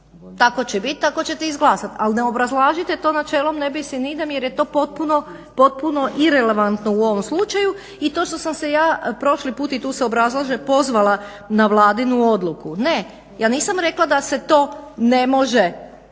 tako će bit, tako ćete izglasat. Al ne obrazlažite to načelom ne bis in idem jer je to potpuno irelevantno u ovom slučaju i to što sam se ja prošli put i tu se obrazlažem pozvala na Vladinu odluku. Ne ja nisam rekla da se to ne može,